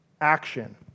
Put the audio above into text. action